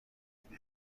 عاطفی